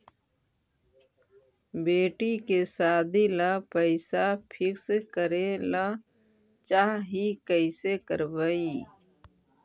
बेटि के सादी ल पैसा फिक्स करे ल चाह ही कैसे करबइ?